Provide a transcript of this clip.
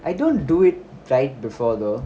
I don't do it right before though